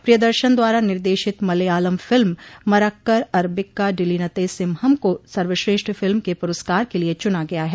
प्रियदर्शन द्वारा निर्देशित मलयालम फिल्म मरक्कर अरबिक्काडिलिनते सिम्हम को सर्वश्रेष्ठ फिल्म के प्रस्कार के लिए चना गया है